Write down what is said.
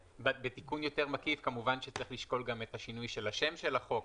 בתיקון יותר מקיף כמובן שצריך לשקול גם את שינוי שם החוק.